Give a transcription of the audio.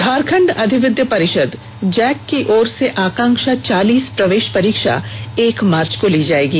झारखंड अधिविध परिषद जैक की ओर से आकांक्षा चालीस प्रवेष परीक्षा एक मार्च को ली जाएगी